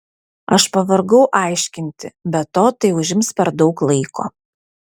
aš pavargau aiškinti be to tai užims per daug laiko